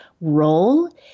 role